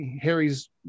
Harry's